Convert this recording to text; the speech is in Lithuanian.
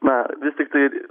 na vis tiktai